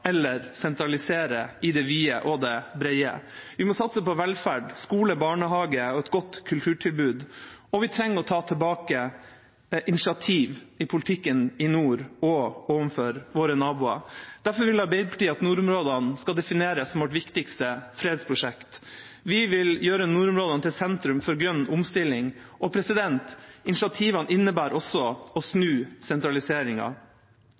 eller å sentralisere i det vide og det brede. Vi må satse på velferd, skole, barnehage og et godt kulturtilbud, og vi trenger å ta tilbake initiativ i politikken i nord og overfor våre naboer. Derfor vil Arbeiderpartiet at nordområdene skal defineres som vårt viktigste fredsprosjekt. Vi vil gjøre nordområdene til sentrum for grønn omstilling, og initiativene innebærer også å